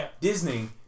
Disney